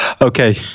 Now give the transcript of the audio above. Okay